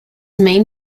main